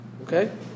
Okay